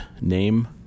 name